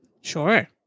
Sure